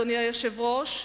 אדוני היושב-ראש,